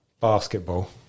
Basketball